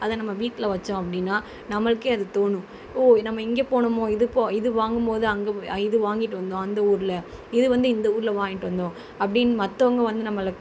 அதை நம்ம வீட்டில வச்சோம் அப்படின்னா நம்மளுக்கே அது தோணும் ஓ நம்ம இங்கே போனோமோ இதுப்போ இது வாங்கும்போது அங்கே இது வாங்கிட்டு வந்தோம் அந்த ஊரில் இதுவந்து இந்த ஊர்ல வாங்கிட்டு வந்தோம் அப்படின்னு மற்றவங்க வந்து நம்மளை